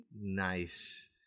Nice